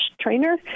trainer